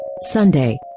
Sunday